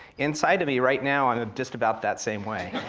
inside of me right now, i'm just about that same way.